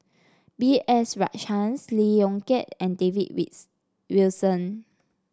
B S Rajhans Lee Yong Kiat and David Wilson